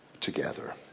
together